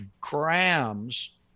grams